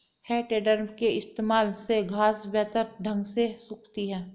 है टेडर के इस्तेमाल से घांस बेहतर ढंग से सूखती है